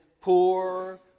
poor